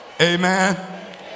Amen